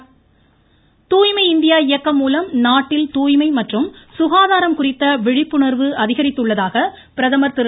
பிரதமர் தூய்மை இந்தியா இயக்கம் மூலம் நாட்டில் தூய்மை மற்றும் சுகாதாரம் குறித்த விழிப்புணர்வு அதிகரித்துள்ளதாக பிரதமர் திரு